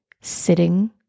sitting